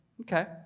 Okay